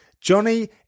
johnny